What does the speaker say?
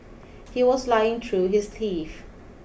he was lying through his teeth